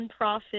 nonprofit